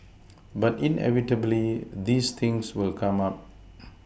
but inevitably these things will come up